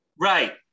right